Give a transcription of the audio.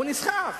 הוא נסחף,